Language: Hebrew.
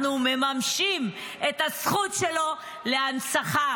אנחנו מממשים את הזכות שלו להנצחה.